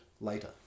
later